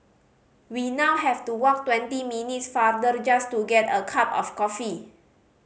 we now have to walk twenty minutes farther just to get a cup of coffee